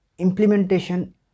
implementation